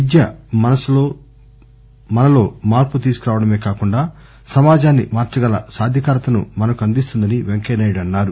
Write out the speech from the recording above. విద్య మనలో మార్పు తీసుకురావడమే కాకుండా సమాజాన్ని మార్సగల సాధికారతను మనకు అందిస్తుందని వెంకయ్యనాయుడు అన్నారు